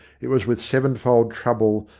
it was with sevenfold trouble,